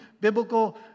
biblical